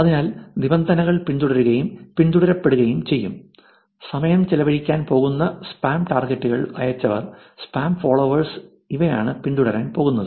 അതിനാൽ നിബന്ധനകൾ പിന്തുടരുകയും പിന്തുടരപെടുകയും യും ചെയ്യും സമയം ചെലവഴിക്കാൻ പോകുന്ന സ്പാം ടാർഗെറ്റുകൾ അയച്ചവർ സ്പാം ഫോളോവേഴ്സ് ഇവയാണ് പിന്തുടരാൻ പോകുന്നത്